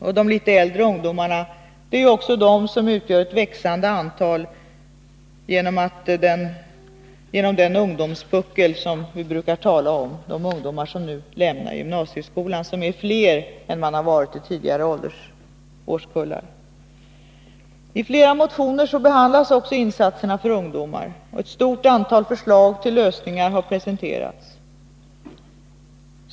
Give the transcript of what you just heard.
Och de litet äldre ungdomarna utgör ju också ett växande antal genom den ungdomspuckel som vi brukar tala om — de ungdomar som nu lämnar gymnasieskolan och som är fler än i tidigare årskullar. I flera motioner behandlas också insatserna för ungdomar. Ett stort antal förslag till lösningar har presenterats.